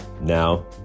Now